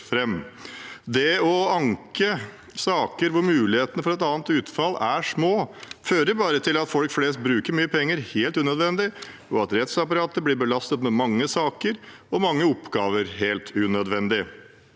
Det å anke saker der mulighetene for et annet utfall er små, fører bare til at folk flest bruker mye penger helt unødvendig, og at rettsapparatet helt unødvendig blir belastet med mange saker og mange oppgaver.